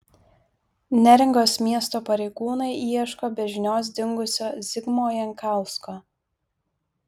neringos miesto pareigūnai ieško be žinios dingusio zigmo jankausko